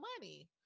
money